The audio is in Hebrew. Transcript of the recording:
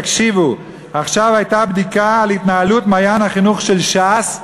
תקשיבו: עכשיו הייתה בדיקה על התנהלות "מעיין החינוך" של ש"ס,